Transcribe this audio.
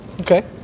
Okay